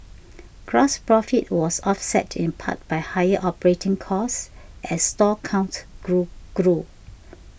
gross profit was offset in part by higher operating costs as store count grew grew